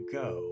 go